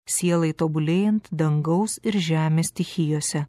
sielai tobulėjant dangaus ir žemės stichijose